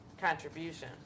contribution